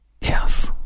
Yes